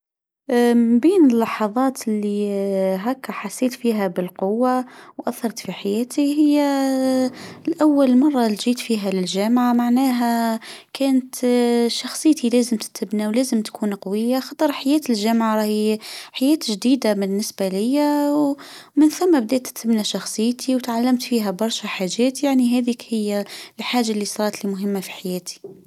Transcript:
بين اللحظات إللي هكا حسيت فيها بالقوة وأثرت في حياتي: هي لأول مره لجيت فيها للجامعة معناها كانت شخصيتي لأزم تتبنى ولازم تكون قوية خطر حياة الجامعة راي حياة جديدة بالنسبة ليا ومن ثم بدأت تتبني شخصيتي وتعلمت فيها برشا حاجات يعني هديك هيا الحاجة إللي صارت لمهمة في حياتي.